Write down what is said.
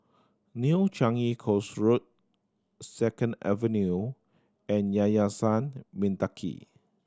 New Changi Coast Road Second Avenue and Yayasan Mendaki